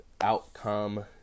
Outcome